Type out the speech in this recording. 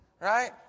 right